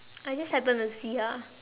I just happen to see ah